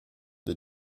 des